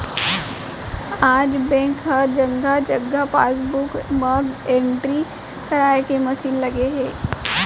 आज बेंक ह जघा जघा पासबूक म एंटरी कराए के मसीन लगाए हे